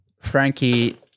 Frankie